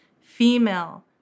female